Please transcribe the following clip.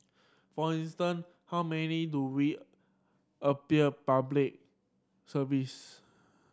for instance how many do we appeal Public Service